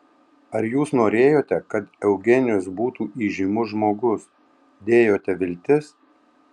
ar jūs norėjote kad eugenijus būtų įžymus žmogus dėjote viltis